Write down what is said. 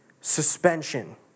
suspension